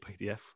PDF